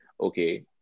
okay